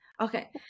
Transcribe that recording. Okay